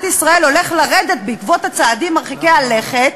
ישראל הולך לרדת בעקבות הצעדים מרחיקי הלכת